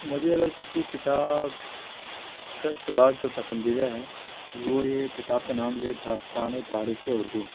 مجھے اگر کسی کتاب کا اقتباس جو پسندیدہ ہیں وہ یہ ہے کہ کتاب کا نام جو ہے داستانِ تاریخِ اردو